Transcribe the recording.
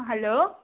hello